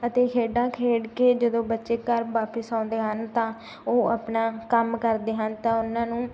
ਅਤੇ ਖੇਡਾਂ ਖੇਡ ਕੇ ਜਦੋਂ ਬੱਚੇ ਘਰ ਵਾਪਸ ਆਉਂਦੇ ਹਨ ਤਾਂ ਉਹ ਆਪਣਾ ਕੰਮ ਕਰਦੇ ਹਨ ਤਾਂ ਉਹਨਾਂ ਨੂੰ